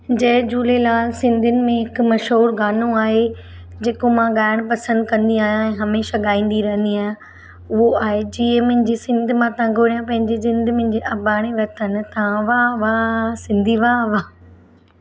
जय झूलेलाल सिंधियुनि में हिकु मशहूरु गानो आहे जेको मां ॻाइण पसंदि कंदी आहियां हमेशह ॻाईंदी रहंदी आहियां उहो आहे